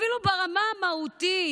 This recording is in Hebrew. אפילו ברמה המהותית,